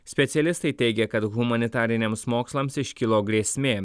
specialistai teigia kad humanitariniams mokslams iškilo grėsmė